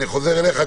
אני חוזר אליך,